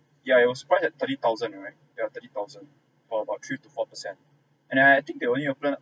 yeah it was price at thirty thousand right yeah thirty thousand for about three to four percent and I think they only open to